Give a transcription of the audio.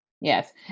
Yes